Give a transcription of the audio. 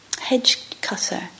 hedge-cutter